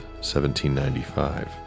1795